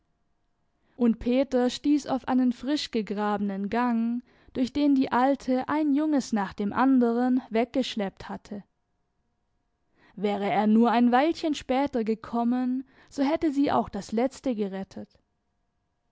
und peter stieß auf einen frisch gegrabenen gang durch den die alte ein junges nach dem anderen weggeschleppt hatte wäre er nur ein weilchen später gekommen so hätte sie auch das letzte gerettet